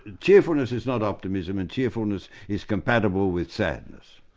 ah cheerfulness is not optimism, and cheerfulness is compatible with sadness.